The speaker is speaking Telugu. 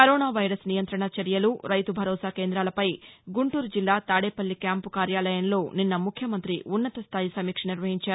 కరోనా వైరస్ నియంతణ చర్యలు రైతు భరోసా కేందాలపై గుంటూరు జిల్లా తాదేపల్లి క్యాంపు కార్యాలయంలో నిన్న ముఖ్యమంతి ఉన్నతస్దాయి సమీక్ష నిర్వహించారు